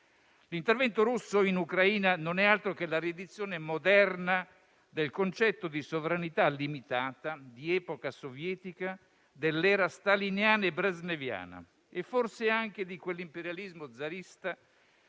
L'intervento russo in Ucraina non è altro che la riedizione moderna del concetto di sovranità limitata, di epoca sovietica, dell'era staliniana e brezneviana, e forse anche di quell'imperialismo zarista